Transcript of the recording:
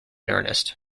earnest